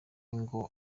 ngo